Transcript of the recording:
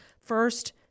First